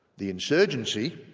the insurgency,